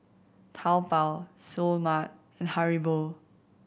Taobao Seoul Mart and Haribo